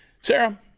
sarah